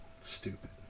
Stupid